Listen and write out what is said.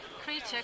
creature